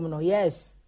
yes